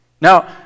Now